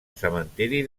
cementiri